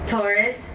Taurus